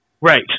Right